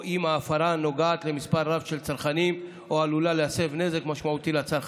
או אם ההפרה נוגעת למספר רב של צרכנים או עלולה להסב נזק משמעותי לצרכן.